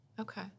Okay